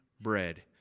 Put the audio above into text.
bread